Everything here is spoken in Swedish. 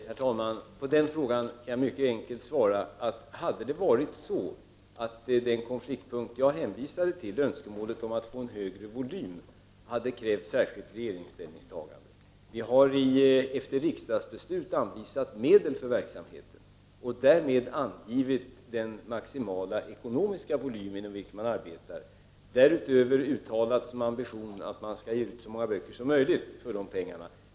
Herr talman! På den frågan kan jag mycket enkelt svara följande. Hade det varit så att den konfliktpunkt jag hänvisade till — önskemålet om att få en högre volym — krävt ett särskilt ställningstagande från regeringen hade ett sådant kommit. Regeringen har efter riksdagsbeslut anvisat medel för verksamheten och därmed angivit de maximala ekonomiska ramar inom vilka man arbetar och därutöver uttalat att man skall ha som ambition att ge ut så många böcker som möjligt för pengarna.